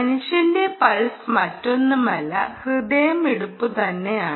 മനുഷ്യന്റെ പൾസ് മറ്റൊന്നുമല്ല ഹൃദയമിടിപ്പുതന്നെയാണ്